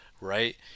right